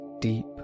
deep